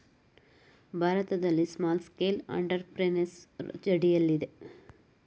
ಭಾರತದಲ್ಲಿ small scale entrepreneurship ರೂಢಿಯಲ್ಲಿದೆ